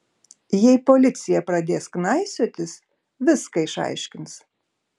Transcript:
jei policija pradės knaisiotis viską išaiškins